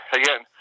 again